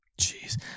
Jeez